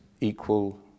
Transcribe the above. equal